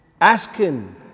asking